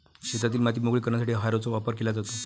शेतातील माती मोकळी करण्यासाठी हॅरोचा वापर केला जातो